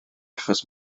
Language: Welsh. achos